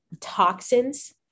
toxins